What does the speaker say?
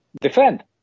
defend